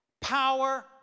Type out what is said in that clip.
power